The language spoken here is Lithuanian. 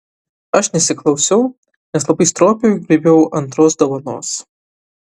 aš nesiklausiau nes labai stropiai graibiau antros dovanos